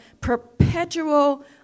perpetual